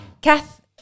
Kath